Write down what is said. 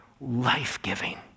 life-giving